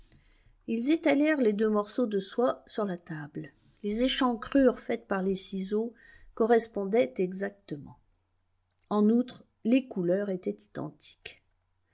ils étalèrent les deux morceaux de soie sur la table les échancrures faites par les ciseaux correspondaient exactement en outre les couleurs étaient identiques